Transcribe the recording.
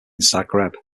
zagreb